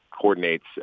coordinates